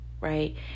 right